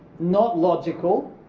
not logical